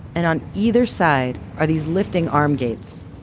and on either side are these lifting arm gates.